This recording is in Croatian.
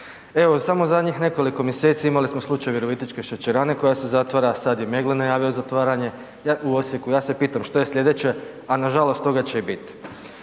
Evo u samo zadnjih nekoliko mjeseci imali smo slučaj virovitičke šećerane koja se zatvara, sad je i Meggle najavio zatvaranje u Osijeku. Ja se pitam što je slijedeće, a nažalost toga će i bit.